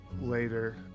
later